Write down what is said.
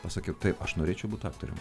pasakiau taip aš norėčiau būt aktorium